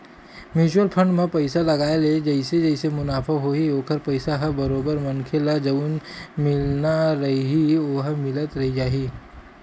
mutual fund म पइसा लगाय ले जइसे जइसे मुनाफ होही ओखर पइसा ह बरोबर मनखे ल जउन मिलना रइही ओहा मिलत जाही